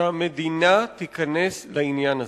שהמדינה תיכנס לעניין הזה.